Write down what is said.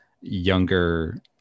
younger